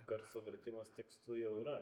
garso vertimas tekstu jau yra